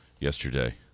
yesterday